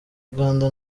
uganda